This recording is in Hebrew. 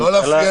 לכאורה,